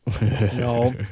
No